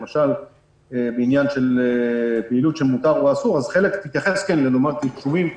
למשל בפעילות של מותר ואסור אז חלק מתייחס כן שנאמר ביישובים אדומים,